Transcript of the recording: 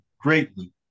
greatly